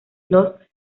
los